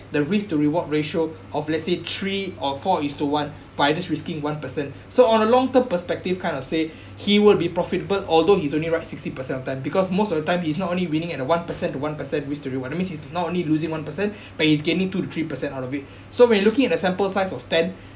the risk to reward ratio of let's say three or four is to one by this risking one percent so on a long term perspective kind of say he will be profitable although he's only right sixty percent of time because most of the time he's not only winning at a one percent to one percent risk to reward that means he's not only losing one percent but he's gaining two to three percent out of it so when looking at a sample size of ten